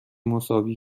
مساوی